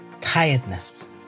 tiredness